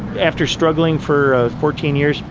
after struggling for fourteen years,